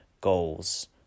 goals